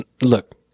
Look